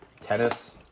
tennis